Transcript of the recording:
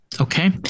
Okay